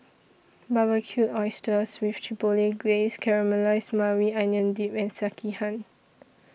Barbecued Oysters with Chipotle Glaze Caramelized Maui Onion Dip and Sekihan